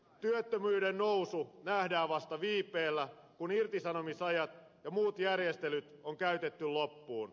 työttömyyden nousu nähdään vasta viipeellä kun irtisanomisajat ja muut järjestelyt on käytetty loppuun